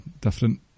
different